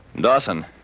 Dawson